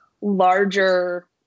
larger